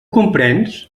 comprens